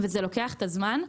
וזה לוקח את הזמן.